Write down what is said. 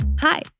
Hi